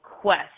quest